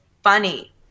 funny